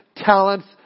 talents